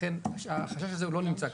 לכן החשש הזה לא נמצא כאן.